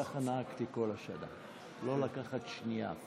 כך נהגתי כל השנה, לא לקחת אפילו שנייה.